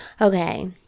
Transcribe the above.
Okay